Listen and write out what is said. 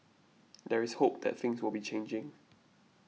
there is hope that things will be changing